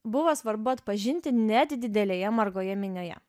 buvo svarbu atpažinti net didelėje margoje minioje